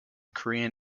korean